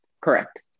correct